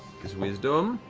wisdom.